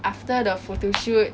after the photo shoot